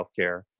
healthcare